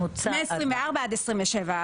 מ-2024 עד סוף 2027,